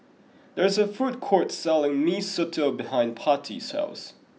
there is a food court selling Mee Soto behind Patti's house